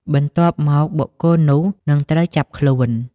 បន្ទាប់មក បុគ្គលនោះនឹងត្រូវចាប់ខ្លួន។